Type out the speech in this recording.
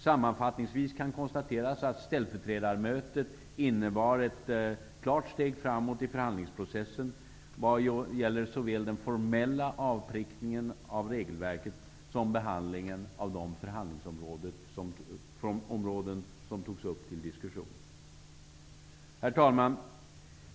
Sammanfattningsvis kan konstateras att ställföreträdarmötet innebar ett klart steg framåt i förhandlingsprocessen -- vad gäller såväl den formella avprickningen av regelverket som behandlingen av de förhandlingsområden som togs upp under mötet.